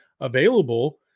available